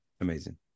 amazing